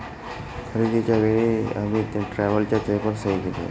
खरेदीच्या वेळी अमितने ट्रॅव्हलर चेकवर सही केली